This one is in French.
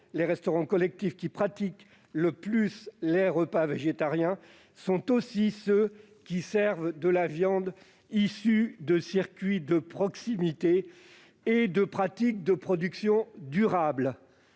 les restaurants collectifs qui pratiquent le plus les repas végétariens sont ceux qui servent de la viande issue de circuits de proximité et de pratiques de production durables.